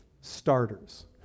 starters